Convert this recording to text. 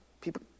People